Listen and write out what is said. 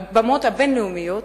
על הבמות הבין-לאומיות.